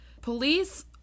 Police